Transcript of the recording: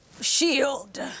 shield